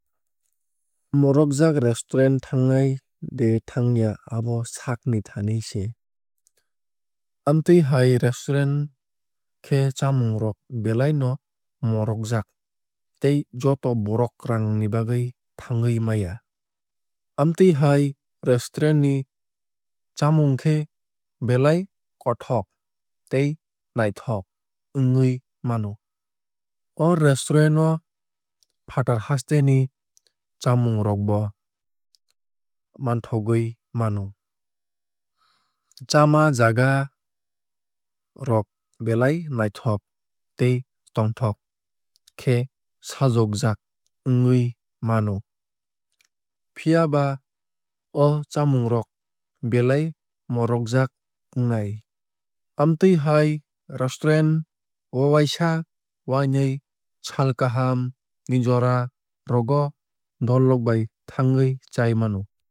Morokjak restaurant thangnai de thangya abo saak ni thani se. Amtwui hai restaurant khe chamung rok belai no morokjak tei joto borok raang ni bagwui thangwui maya. Amtwui hai restaurant ni chamung khe belai kothok tei naithok wngwui mano. O restaurant o fatar haste ni chamung rok bo mathogwui mano. Chama jaga rok velai naithok tei tongthok khe sajokjak wngwui mano. Phiaba o chamung rok belai morojak wngnai. Amtwui hai restaurant o waisa wainui sal kaham ni jora rogo dol rok bai thangwui chai mano.